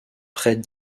près